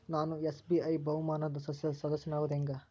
ನಾನು ಎಸ್.ಬಿ.ಐ ಬಹುಮಾನದ್ ಸದಸ್ಯನಾಗೋದ್ ಹೆಂಗ?